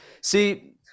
see